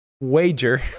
wager